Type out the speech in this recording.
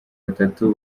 batatu